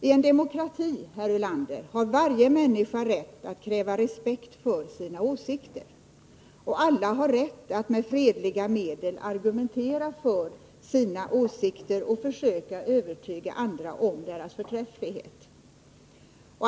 Ien demokrati, herr Ulander, har varje människa rätt att kräva respekt för sina åsikter, och alla har rätt att med fredliga medel argumentera för sina åsikter samt försöka övertyga andra om deras förträfflighet.